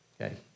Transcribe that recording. okay